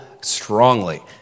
strongly